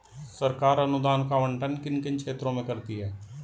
सरकार अनुदान का आवंटन किन किन क्षेत्रों में करती है?